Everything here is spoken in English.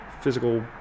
physical